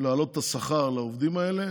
להעלות את השכר לעובדים האלה.